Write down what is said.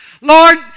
Lord